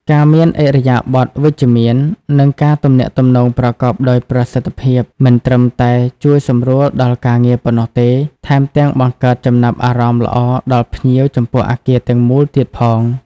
ការមានឥរិយាបថវិជ្ជមាន និងការទំនាក់ទំនងប្រកបដោយប្រសិទ្ធភាព មិនត្រឹមតែជួយសម្រួលដល់ការងារប៉ុណ្ណោះទេ ថែមទាំងបង្កើតចំណាប់អារម្មណ៍ល្អដល់ភ្ញៀវចំពោះអគារទាំងមូលទៀតផង។